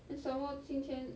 then some more 今天